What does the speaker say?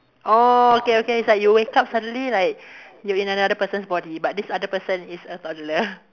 oh okay okay it's like you wake up suddenly like you in another person's body but this other person is a toddler